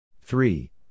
Three